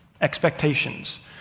expectations